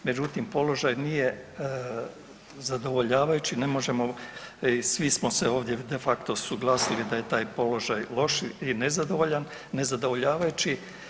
Međutim položaj nije zadovoljavajući, ne možemo, svi smo se ovdje de facto suglasili da je taj položaj loš i nezadovoljavajući.